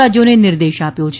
રાજ્યોને નિર્દેશ આપ્યો છે